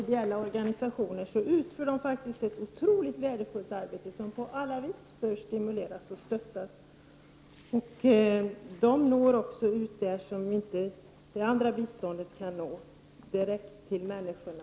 Ideella organisationer utför ett otroligt värdefullt arbete som på alla sätt bör stimuleras och stöttas. De ideella organisationerna når också ut dit där det övriga biståndet inte kan nå, nämligen direkt till människorna.